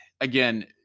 again